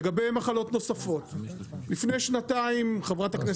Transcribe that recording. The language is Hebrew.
לגבי מחלות נוספות לפני שנתיים,